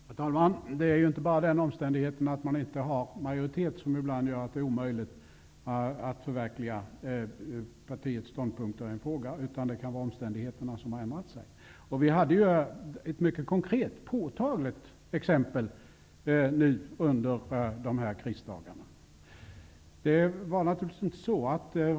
Herr talman! Det är inte bara det faktum att man inte har majoritet som ibland gör att det är omöjligt att förverkliga partiets ståndpunkter i en fråga, utan det kan vara omständigheterna som har ändrats. Vi hade ett mycket konkret exempel under krisdagarna nyligen.